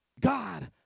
God